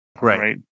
Right